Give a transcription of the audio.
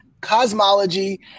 cosmology